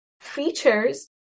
features